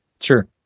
Sure